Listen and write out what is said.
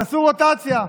תעשו רוטציה.